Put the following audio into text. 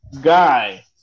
guy